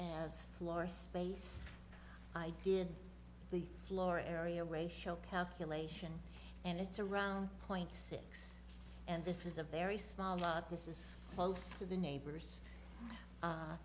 as floor space i did the floor area racial calculation and it's around point six and this is a very small lot this is also the neighbors